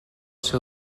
ser